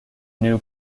new